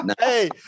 hey